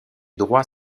droit